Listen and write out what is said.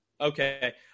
Okay